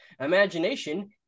imagination